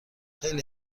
خیلی